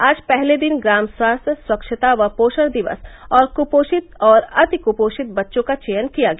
आज पहले दिन ग्राम स्वास्थ्य स्वच्छता व पोषण दिवस और क्पोषित और अति क्पोषित बच्चों का चयन किया गया